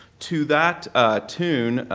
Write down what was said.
to that tune,